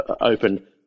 open